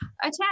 attack